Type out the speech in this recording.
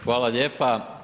Hvala lijepa.